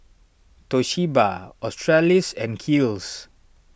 Toshiba Australis and Kiehl's